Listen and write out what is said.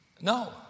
No